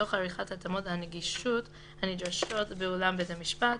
תוך עריכת התאמות הנגישות הנדרשות באולם בית המשפט